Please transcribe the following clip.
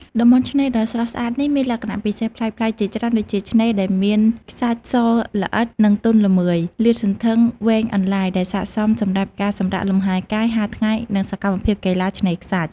តំបន់ឆ្នេរដ៏ស្រស់ស្អាតនេះមានលក្ខណៈពិសេសប្លែកៗជាច្រើនដូចជា ឆ្នេរដែលមាន ខ្សាច់សល្អិត និងទន់ល្មើយ លាតសន្ធឹងវែងអន្លាយ ដែលស័ក្តិសមសម្រាប់ការសម្រាកលំហែកាយ ហាលថ្ងៃ និងសកម្មភាពកីឡាឆ្នេរខ្សាច់។